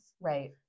Right